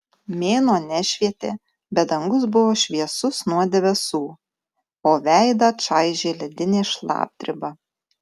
mėnuo nešvietė bet dangus buvo šviesus nuo debesų o veidą čaižė ledinė šlapdriba